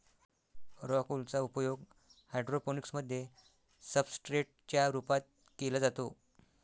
rock wool चा उपयोग hydroponics मध्ये सब्सट्रेट च्या रूपात केला जातो